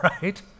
right